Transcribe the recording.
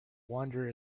wander